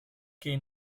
que